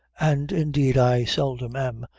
and, indeed, i seldom am,